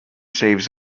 saves